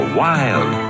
wild